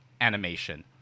animation